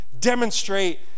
demonstrate